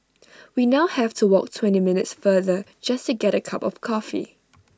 we now have to walk twenty minutes farther just to get A cup of coffee